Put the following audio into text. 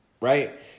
Right